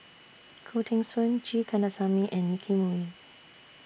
Khoo Teng Soon G Kandasamy and Nicky Moey